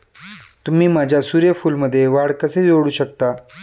तुम्ही माझ्या सूर्यफूलमध्ये वाढ कसे जोडू शकता?